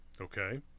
Okay